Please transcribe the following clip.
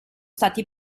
stati